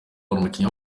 umukinnyi